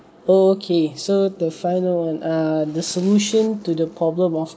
okay so the final err the solution to the problem of